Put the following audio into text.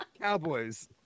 Cowboys